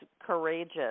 courageous